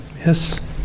Yes